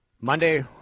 Monday